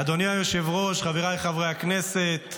אדוני היושב-ראש, חבריי חברי הכנסת,